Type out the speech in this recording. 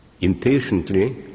Impatiently